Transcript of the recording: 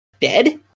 dead